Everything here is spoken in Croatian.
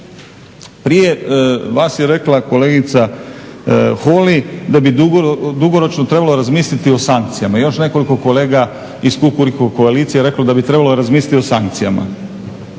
Prije vas je rekla kolegica Holy da bi dugoročno trebalo razmisliti o sankcijama i još nekoliko kolega iz kukuriku koalicije je reklo da bi trebalo razmisliti o sankcijama.